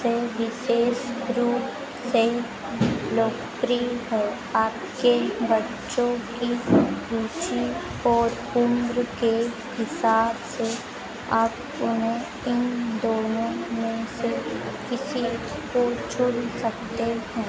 से विशेष रूप से लोकप्रिय है आपके बच्चों की रुचि और उम्र के हिसाब से आप उन्हें इन दोनों में से किसी को चुन सकते हैं